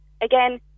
again